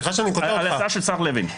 על ההצעה של השר לוין.